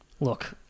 look